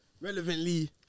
relevantly